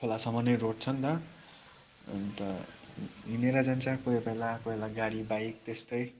खोलासम्म नै रोड छ नि त अन्त हिँडेर जान्छ कोही बेला कोही बेला गाडी बाइक त्यस्तै